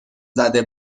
زده